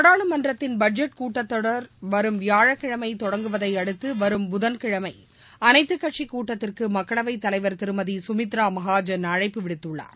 நாடாளுமன்றத்தின் பட்ஜெட் கூட்டத்தொடர் வரும் வியாழக்கிழமை தொடங்குவதை அடுத்து வரும் புதன்கிழனம அனைத்து கட்சி கூட்டத்திற்கு மக்களவை தலைவர் திருமதி கமித்ரா மகாஜன் அழைப்பு விடுத்துள்ளார்